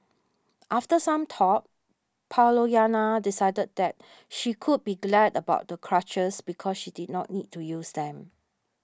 after some thought Pollyanna decided that she could be glad about the crutches because she did not need to use them